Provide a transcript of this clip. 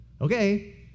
Okay